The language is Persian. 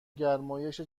گرمایش